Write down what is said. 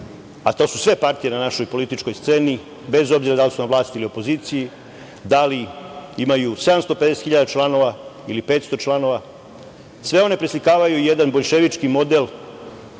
a to su sve partije na našoj političkoj sceni, bez obzira da li su na vlasti ili u opoziciji, da li imaju 750.000 članova ili 500 članova, sve one preslikavaju jedan boljševički model